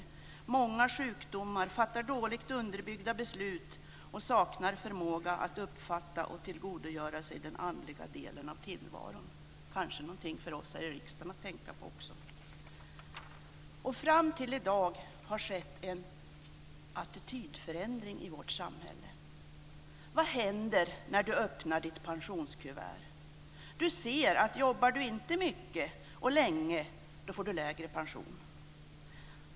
De har många sjukdomar, fattar dåligt underbyggda beslut och saknar förmåga att uppfatta och tillgodogöra sig den andliga delen av tillvaron. Det är kanske också någonting för oss här i riksdagen att tänka på. Fram till i dag har det skett en attitydförändring i vårt samhälle. Vad händer när du öppnar ditt pensionskuvert? Du ser att om du inte jobbar mycket och länge får du lägre pension.